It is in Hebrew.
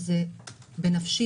וזה בנפשי,